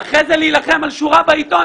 ואחרי זה להילחם על שורה בעיתון,